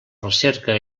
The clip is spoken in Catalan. recerca